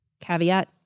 caveat